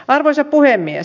arvoisa puhemies